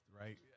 right